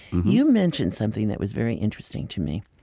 you mentioned something that was very interesting to me.